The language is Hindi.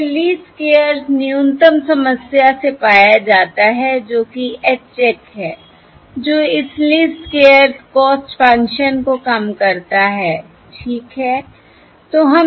और यह लीस्ट स्क्वेयर्स न्यूनतम समस्या से पाया जाता है जो कि H चेक है जो इस लीस्ट स्क्वेयर्स कॉस्ट फंक्शन को कम करता है ठीक है